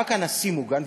רק הנשיא מוגן,